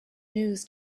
news